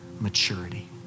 maturity